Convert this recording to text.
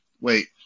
wait